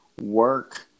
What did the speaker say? work